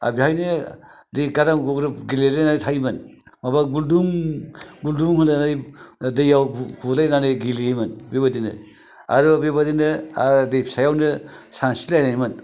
आरो बेवहायनो दै गाग्राम गुग्रुब गेलेबाय थायोमोन माबा गुलदुम गुलदुम होनलायनाय दैआव बुलायनानै गेलेयोमोन बेबायदिनो आरो बेबायदिनो दै फिसायावनो सानस्रिलायनायमोन